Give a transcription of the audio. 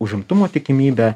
užimtumo tikimybę